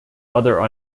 other